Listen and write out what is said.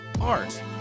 art